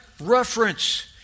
reference